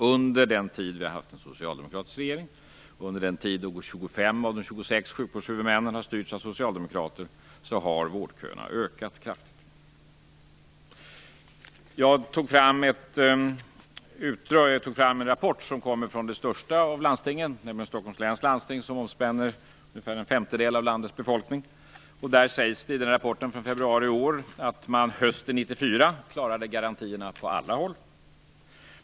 Under den tid då vi har haft en socialdemokratisk regering - under den tid då 25 av de 26 sjukvårdshuvudmännen har styrts av socialdemokrater - har vårdköerna ökat kraftigt. Jag tog fram en rapport som kommer från det största av landstingen, från Stockholms läns landsting, som omspänner ungefär en femtedel av landets befolkning. I denna rapport från februari i år sägs det att man hösten 1994 klarade garantierna på alla håll.